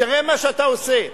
תראה מה שאתה עושה.